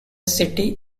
city